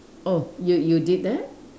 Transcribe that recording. oh you you did that